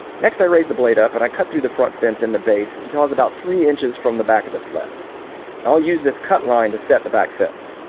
next i raise the blade up and i cut through the front fence in the base until is about three inches from the back of the sled now i'll use this cut line to set the back fence.